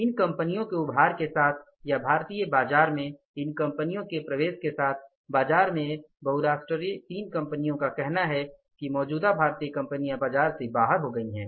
इन कंपनियों के उभार के साथ या भारतीय बाजार में इन कंपनियों के प्रवेश के साथ बाजार में बहुराष्ट्रीय तीन कंपनियों का कहना है कि मौजूदा भारतीय कंपनियां बाजार से बाहर हो गई हैं